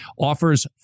Offers